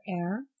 air